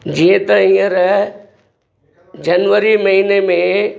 जीअं त हीअंर जनवरी महीने में